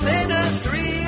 Ministry